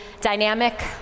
dynamic